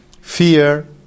fear